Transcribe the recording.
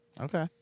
Okay